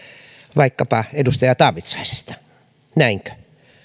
vaikkapa edustaja taavitsaisesta näinkö